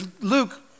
Luke